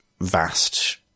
vast